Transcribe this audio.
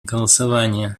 голосования